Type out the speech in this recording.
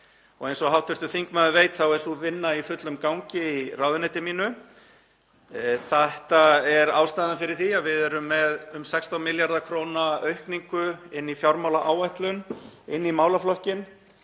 eins og hv. þingmaður veit er sú vinna í fullum gangi í ráðuneyti mínu. Þetta er ástæðan fyrir því að við erum með um 16 milljarða kr. aukningu í fjármálaáætlun inn í málaflokkinn